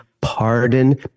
pardon